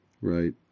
right